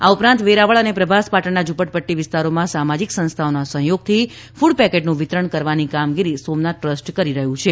આ ઉપરાંત વેરાવળ અને પ્રભાસ પાટણના ઝુંપડપદ્દી વિસ્તારોમાં સામાજિક સંસ્થાઓના સહયોગથી કુડ પેકેટનું વિતરણ કરવાની કામગીરી સોમનાથ ટ્રસ્ટ કરી રહ્યું છે